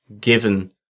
given